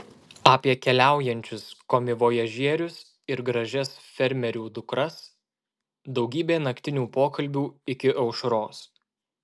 apie keliaujančius komivojažierius ir gražias fermerių dukras daugybė naktinių pokalbių iki aušros